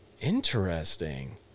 Interesting